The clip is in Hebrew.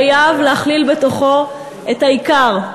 חייב להכליל בתוכו את העיקר,